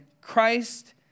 Christ